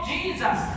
Jesus